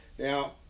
Now